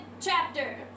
chapter